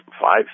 five